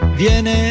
viene